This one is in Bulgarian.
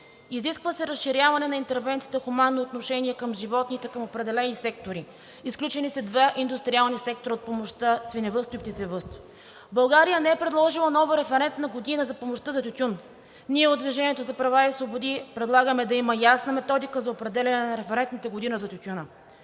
Изисква се разширяване на интервенцията хуманно отношение към животните към определени сектори. Изключени са два индустриални сектора от помощта: „Свиневъдство“ и „Птицевъдство“. България не е предложила нова референтна година за помощта за тютюн. Ние от „Движение за права и свободи“ предлагаме да има ясна методика за определяне на референтната година за тютюна,